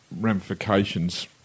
ramifications